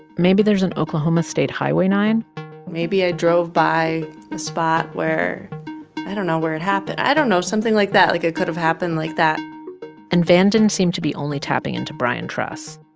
maybe there's an oklahoma state highway nine point maybe i drove by the spot where i don't know where it happened. i don't know something like that. like, it could have happened like that and van didn't seemed to be only tapping into brian truss.